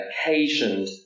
occasioned